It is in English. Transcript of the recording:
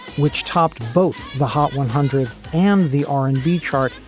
which topped both the hot one hundred and the r and b chart,